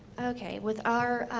okay, with our